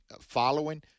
following